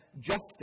justice